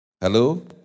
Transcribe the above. Hello